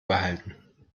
behalten